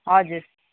हजुर